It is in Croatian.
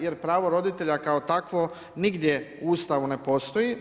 Jer pravo roditelja kao takvo nigdje u Ustavu ne postoji.